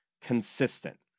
consistent